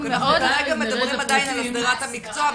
-- ודאי גם מדברים עדין על הסדרת המקצוע,